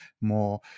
more